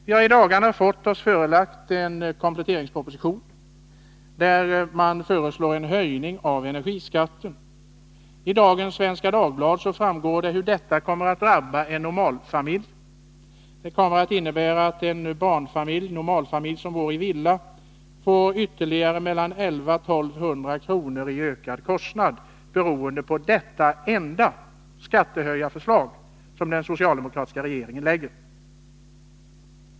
Vi har i dagarna fått oss förelagd en kompletteringsproposition, där regeringen föreslår en höjning av energiskatten. I dagens nummer av Svenska Dagbladet framgår det hur detta kommer att drabba en normalfamilj. Det kommer att innebära att en normalfamilj som bor i villa får ytterligare mellan 1 100 och 1 200 kr. i ökade kostnader, beroende på detta enda skattehöjningsförslag som den socialdemokratiska regeringen lägger fram.